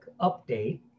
update